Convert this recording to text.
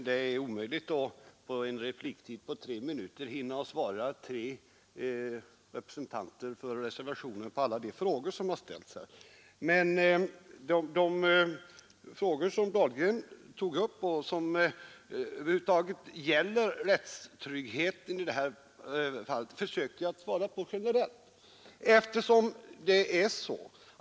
Herr talman! Det är svårt att svara de tre talarna för reservationen på alla frågor som har ställts här. Men de frågor som herr Dahlgren tog upp och som gäller rättstryggheten i detta fall försökte jag svara på generellt.